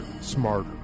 smarter